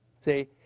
See